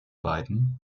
beiden